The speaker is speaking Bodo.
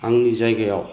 आंनि जायगायाव